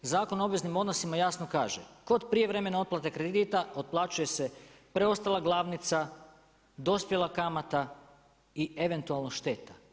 Zakon o obveznim odnosima jasno kaže, kod prijevremene otplate kredita otplaćuje se preostala glavnica, dospjela kamate i eventualno šteta.